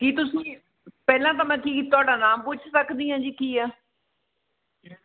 ਕੀ ਤੁਸੀਂ ਪਹਿਲਾਂ ਤਾਂ ਮੈਂ ਕੀ ਤੁਹਾਡਾ ਨਾਮ ਪੁੱਛ ਸਕਦੀ ਹਾਂ ਜੀ ਕੀ ਆ